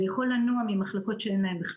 זה יכול לנוע גם